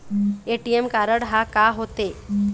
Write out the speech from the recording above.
ATM card हा का होते?